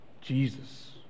Jesus